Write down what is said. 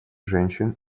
женщин